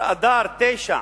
הר-אדר, 9,